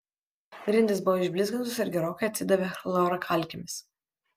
grindys buvo išblizgintos ir gerokai atsidavė chlorkalkėmis